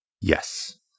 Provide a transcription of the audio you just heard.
Yes